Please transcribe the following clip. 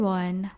one